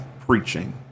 preaching